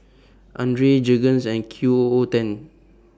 Andre Jergens and Qoo ten